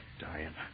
Diane